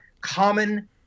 common